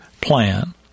plan